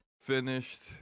finished